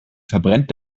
verbrennt